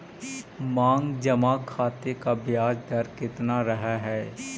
मांग जमा खाते का ब्याज दर केतना रहअ हई